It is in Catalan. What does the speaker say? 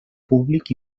públic